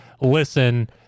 listen